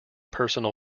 personal